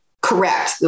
Correct